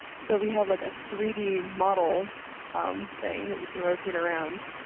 so we have like a three d model um thing that you can rotate around,